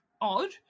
Odd